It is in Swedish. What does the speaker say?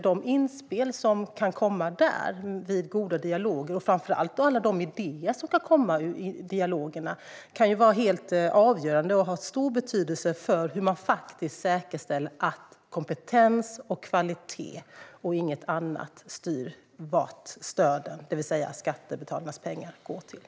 De inspel som kan komma vid goda dialoger, framför allt alla idéer som kan komma ur dessa, kan vara helt avgörande och ha stor betydelse för hur det ska säkerställas att kompetens och kvalitet och ingenting annat styr vad stödet - Sveriges skattebetalares pengar - ska gå till.